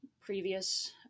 previous